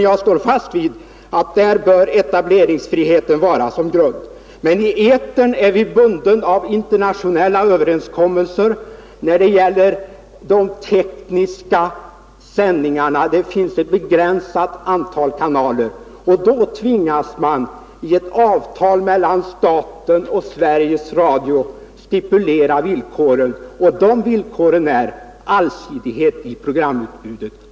Jag står dock fast vid att där bör etableringsfriheten vara grunden. Men i etern är vi bundna av internationella överenskommelser som gäller tekniska ting vid sändningarna. Det finns bara ett begränsat antal kanaler, och då tvingas man i ett avtal mellan staten och Sveriges Radio att stipulera villkoren, som just är allsidighet i programutbudet.